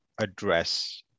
address